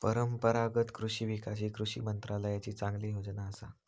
परंपरागत कृषि विकास ही कृषी मंत्रालयाची चांगली योजना असा